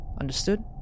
Understood